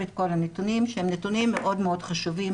את כל הנתונים שהם נתונים מאוד מאוד חשובים,